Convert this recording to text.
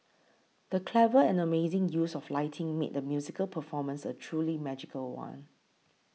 the clever and amazing use of lighting made the musical performance a truly magical one